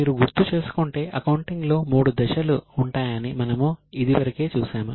మీరు గుర్తు చేసుకుంటే అకౌంటింగ్ లో మూడు దశలు ఉంటాయని మనము ఇదివరకే చూశాము